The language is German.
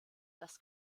das